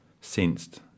sensed